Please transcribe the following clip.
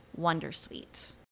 Wondersuite